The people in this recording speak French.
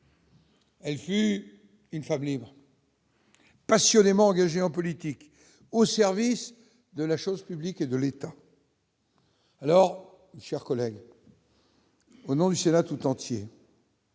Et ici une famille. Passionnément engagé en politique au service de la chose publique et de l'État. Alors chers collègues. Au nom du Sénat tout entier.